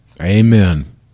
Amen